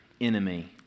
enemy